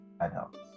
adults